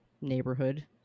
neighborhood